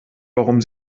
warum